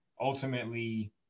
ultimately